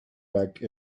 back